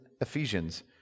Ephesians